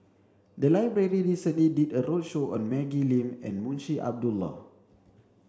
the library recently did a roadshow on Maggie Lim and Munshi Abdullah